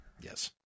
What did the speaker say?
Yes